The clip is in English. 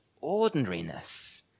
ordinariness